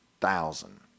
thousand